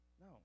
no